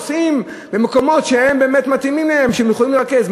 עושים במקומות שמתאימים לזה, שיכולים לרכז.